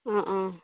অঁ অঁ